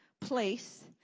place